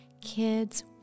Kids